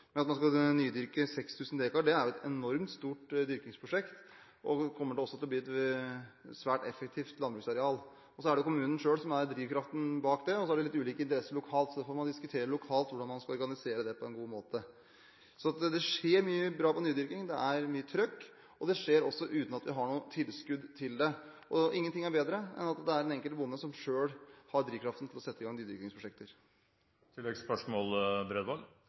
at man skal nydyrke 6 000 dekar – er jo et enormt stort dyrkingsprosjekt. Det kommer også til å bli et svært effektivt landbruksareal. Det er kommunen selv som er drivkraften bak det, og det er litt ulike interesser lokalt, så man får diskutere lokalt hvordan man skal organisere det på en god måte. Så det skjer mye bra innen nydyrking – det er mye trøkk – og det skjer uten at vi har noe tilskudd til det. Og ingenting er bedre enn at det er den enkelte bonde som selv har drivkraften til å sette i gang